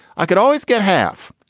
i could always get half.